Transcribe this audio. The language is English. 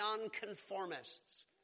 nonconformists